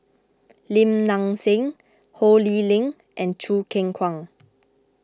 Lim Nang Seng Ho Lee Ling and Choo Keng Kwang